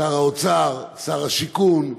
שר האוצר, שר השיכון,